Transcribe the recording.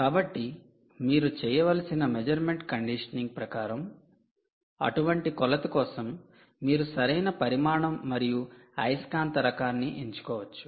కాబట్టి మీరు చేయవలసిన మెజర్మెంట్ కండిషనింగ్ ప్రకారం అటువంటి కొలత కోసం మీరు సరైన పరిమాణం మరియు అయస్కాంత రకాన్ని ఎంచుకోవచ్చు